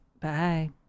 Bye